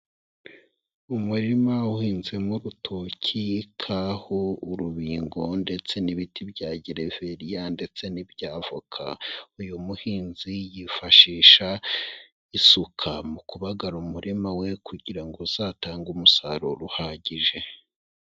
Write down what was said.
Umurima uhinzemo urutoki, kahu, urubingo ndetse n'ibiti bya gereveriya ndetse n'ibiti bya voka, uyu muhinzi yifashisha isuka mu kubagara umurima we kugira ngo uzatange umusaruro uhagije.